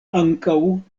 ankaŭ